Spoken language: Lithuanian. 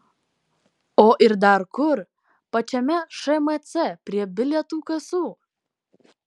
o ir dar kur pačiame šmc prie bilietų kasų